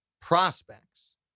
prospects